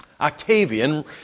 Octavian